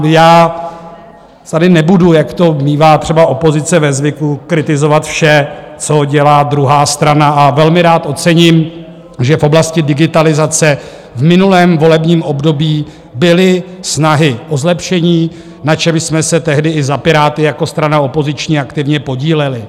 A já tady nebudu, jak to mívá třeba opozice ve zvyku, kritizovat vše, co dělá druhá strana, a velmi rád ocením, že v oblasti digitalizace v minulém volebním období byly snahy o zlepšení, na čemž jsme se tehdy i za Piráty jako strana opoziční aktivně podíleli.